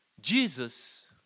Jesus